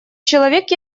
человек